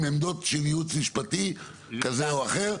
עם עמדות של ייעוץ משפטי כזה או אחר,